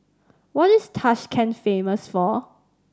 what is Tashkent famous for